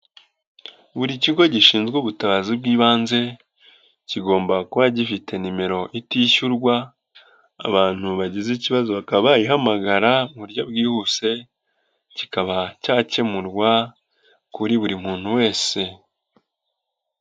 Buri kigo gishinzwe ubutabazi bw'ibanze kigomba kuba gifite nimero itishyurwa, abantu bagize ikibazo bakaba ihamagara mu buryo bwihuse ,kikaba cyakemurwa kuri buri muntu wese.